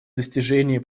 достижения